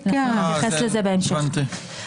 אני אתייחס לזה בהמשך.